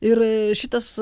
ir šitas